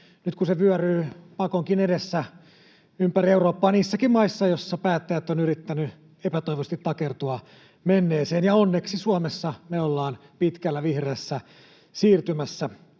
nyt, kun se vyöryy pakonkin edessä ympäri Eurooppaa, niissäkin maissa, joissa päättäjät ovat yrittäneet epätoivoisesti takertua menneeseen. Onneksi me ollaan Suomessa pitkällä vihreässä siirtymässä.